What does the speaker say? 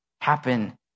happen